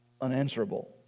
unanswerable